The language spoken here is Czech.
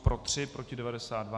Pro 3, proti 92.